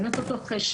אין את אותו חשק.